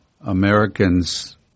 Americans